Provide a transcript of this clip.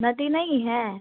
नदी नहीं है